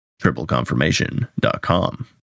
tripleconfirmation.com